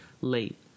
late